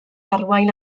arwain